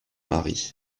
mari